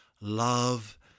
love